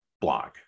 blog